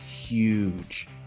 huge